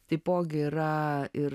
taipogi yra ir